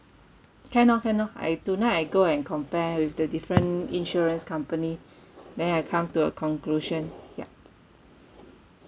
can lor can lor I tonight I go and compare with the different insurance company then I come to a conclusion ya